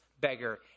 beggar